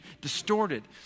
distorted